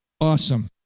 awesome